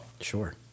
Sure